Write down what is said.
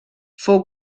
fou